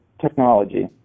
technology